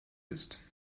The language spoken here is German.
ist